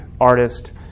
artist